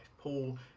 Paul